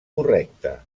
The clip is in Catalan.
correcte